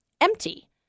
empty